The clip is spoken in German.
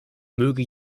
möge